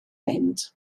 mynd